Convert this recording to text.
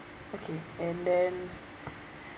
okay and then